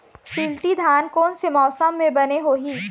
शिल्टी धान कोन से मौसम मे बने होही?